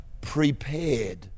prepared